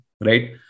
right